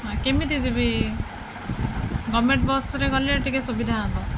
ହଁ କେମିତି ଯିବି ଗଭର୍ଣ୍ଣମେଣ୍ଟ୍ ବସ୍ରେ ଗଲେ ଟିକିଏ ସୁବିଧା ହେବ